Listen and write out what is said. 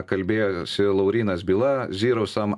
kalbėjosi laurynas byla zerosum